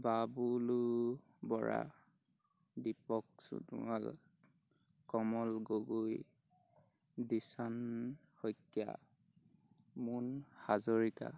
Babulu Bora Dipak Sonowal Kamal Gogoi Dishan Saikia Mun Hazarika